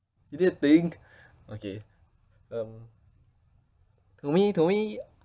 you need to think okay um to me to me